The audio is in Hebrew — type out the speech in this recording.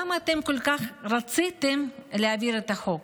למה כל כך רציתם להעביר את החוק?